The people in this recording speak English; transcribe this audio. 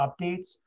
updates